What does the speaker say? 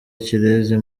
ikirezi